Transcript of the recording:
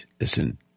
listen